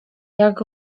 jak